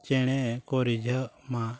ᱪᱮᱬᱮᱠᱚ ᱨᱤᱡᱷᱟᱹᱜ ᱢᱟ